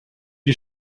die